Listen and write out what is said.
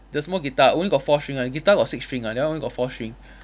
the small guitar only got four string ah guitar got six string ah that one only got four string